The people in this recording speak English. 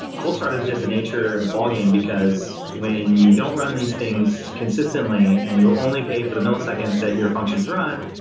cold-start is just a nature of the ball game, because when you don't run these things consistently and you only pay for the milliseconds that your functions run,